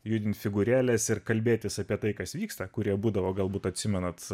judinti figūrėles ir kalbėtis apie tai kas vyksta kurie būdavo galbūt atsimenate